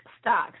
stocks